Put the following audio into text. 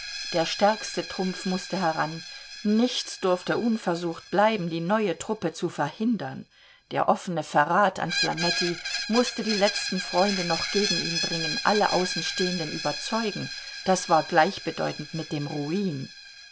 der stärkste trumpf mußte heran nichts durfte unversucht bleiben die neue truppe zu verhindern der offne verrat an flametti mußte die letzten freunde noch gegen ihn bringen alle außenstehenden überzeugen das war gleichbedeutend mit dem ruin